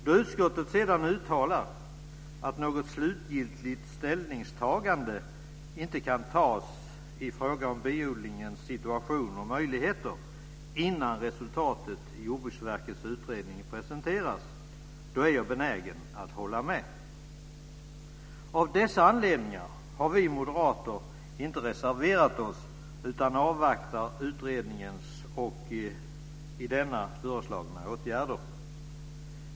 Då utskottet sedan uttalar att något slutgiltigt ställningstagande inte kan göras i fråga om biodlingens situation och möjligheter innan resultatet i Jordbruksverkets utredning presenteras är jag benägen att hålla med. Av dessa anledningar har vi moderater inte reserverat oss utan avvaktar utredningen och i den föreslagna åtgärder.